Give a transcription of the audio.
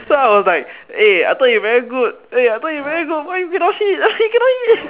so I was like eh I thought you very good eh I thought you very good why you cannot hit he cannot hit